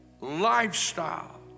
lifestyle